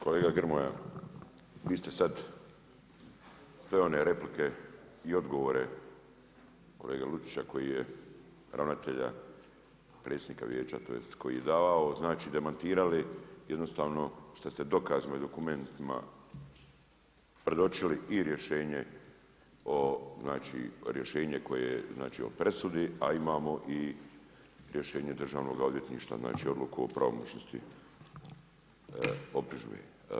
Kolega Grmoja, vi ste sada sve one replike i odgovore kolege Lucića koji je, ravnatelja, predsjednika vijeća, tj. koji je davao, znači demantirali, jednostavno što ste dokazima i dokumentima predočili i rješenje o, znači rješenje koje, znači o presudi a imamo i rješenje državnoga odvjetništva, znači odluku o pravomoćnosti optužbe.